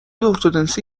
ارتدنسی